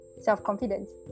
self-confidence